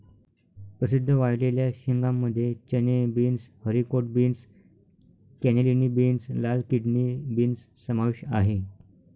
प्रसिद्ध वाळलेल्या शेंगांमध्ये चणे, beans, haricot beans, cannellini beans, लाल किडनी बीन्स समावेश आहे